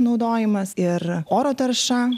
naudojimas ir oro tarša